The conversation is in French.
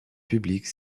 publique